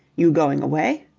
you going away?